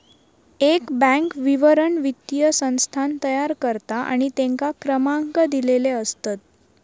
एक बॅन्क विवरण वित्तीय संस्थान तयार करता आणि तेंका क्रमांक दिलेले असतत